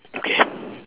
okay